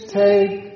take